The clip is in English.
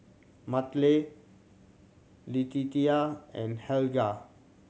Mattye Letitia and Helga